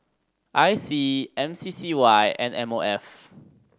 I C M C C Y and M O F